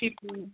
people